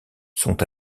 sont